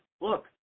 look